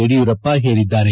ಯಡಿಯೂರಪ್ಪ ಹೇಳದ್ದಾರೆ